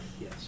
yes